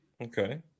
Okay